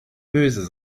böse